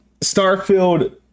Starfield